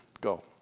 Go